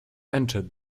entered